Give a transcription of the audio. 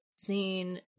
Seen